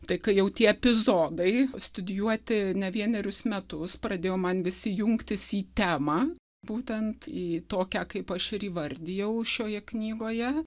tai kai jau tie epizodai studijuoti ne vienerius metus pradėjo man visi jungtis į temą būtent į tokią kaip aš ir įvardijau šioje knygoje